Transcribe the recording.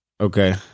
Okay